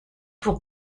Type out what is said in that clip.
pour